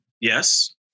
Yes